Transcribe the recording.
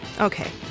Okay